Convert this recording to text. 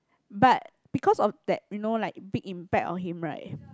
but because of that you know like big impact on him right